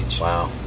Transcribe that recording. wow